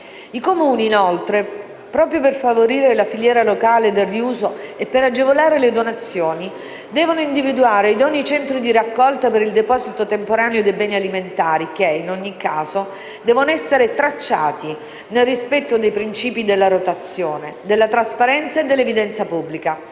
I Comuni, inoltre, proprio per favorire la filiera locale del riuso e per agevolare le donazioni, devono individuare idonei centri di raccolta per il deposito temporaneo dei beni alimentari che, in ogni caso, devono essere tracciati nel rispetto dei principi della rotazione, della trasparenza e dell'evidenza pubblica.